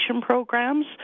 programs